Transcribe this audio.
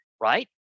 right